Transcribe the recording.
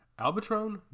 Albatron